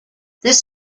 this